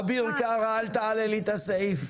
אביר קארה אל תעלה לי את הסעיף.